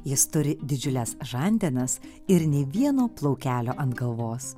jis turi didžiules žandenas ir nei vieno plaukelio ant galvos